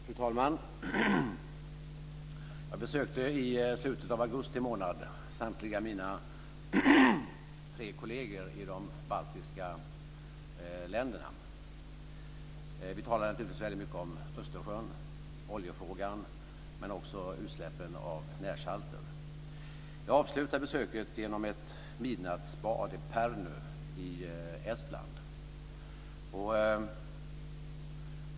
Fru talman! Jag besökte i slutet av augusti månad samtliga mina tre kolleger i de baltiska länderna. Vi talade naturligtvis väldigt mycket om Östersjön och oljefrågan, men också om utsläppen av närsalter. Jag avslutade besöket med ett midnattsbad i Pärnu i Estland.